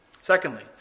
Secondly